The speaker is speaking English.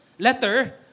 Letter